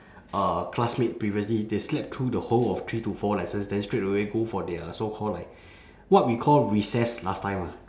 uh classmate previously they slept through the whole of three to four lessons then straightaway go for their so called like what we call recess last time ah